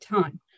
time